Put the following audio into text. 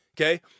Okay